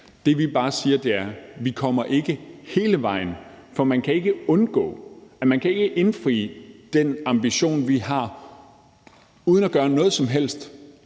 Det, vi bare siger, er, at vi ikke kommer hele vejen, for man kan ikke indfri den ambition, vi har, uden at gøre noget som helst,